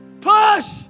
Push